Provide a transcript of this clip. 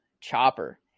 Chopper